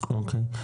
אוקי,